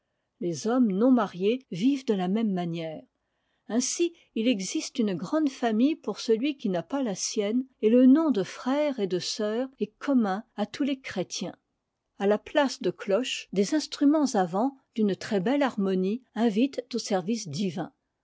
les hommes non mariés vivent de la même manière ainsi il existe une grande famille pour celui qui n'a pas la sienne et le nom de frère et de sœur est commun à tous les chrétiens a la place de cloches des instruments à vent d'une très-belle harmonie invitent au service divin